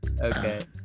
okay